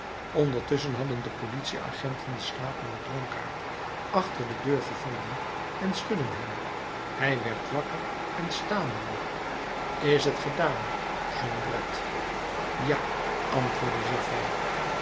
ondertusschen hadden de politieagenten den slapenden dronkaard achter de deur gevonden en schudden hem hij werd wakker en stamelde is t gedaan jondrette ja antwoordde javert